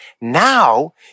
now